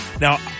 Now